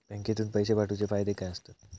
बँकेतून पैशे पाठवूचे फायदे काय असतत?